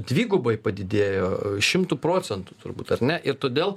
dvigubai padidėjo šimtu procentų turbūt ar ne ir todėl